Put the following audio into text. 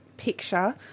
picture